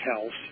health